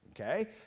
Okay